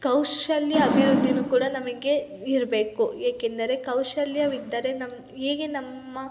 ಕೌಶಲ್ಯ ಅಭಿವೃದ್ದಿಯೂ ಕೂಡ ನಮಗೆ ಇರಬೇಕು ಏಕೆಂದರೆ ಕೌಶಲ್ಯವಿದ್ದರೆ ನಮ್ಮ ಹೇಗೆ ನಮ್ಮ